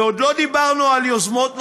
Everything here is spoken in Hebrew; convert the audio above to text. ועוד לא דיברנו על יוזמות נוספות: